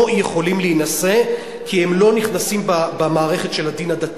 לא יכולים להינשא כי הם לא נכנסים במערכת של הדין הדתי,